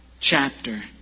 chapter